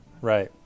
Right